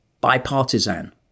bipartisan